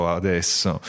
adesso